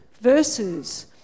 verses